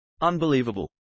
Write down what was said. Unbelievable